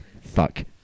Fuck